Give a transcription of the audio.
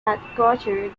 headquartered